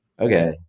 okay